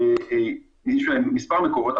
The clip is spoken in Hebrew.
יש להם מספר מקורות,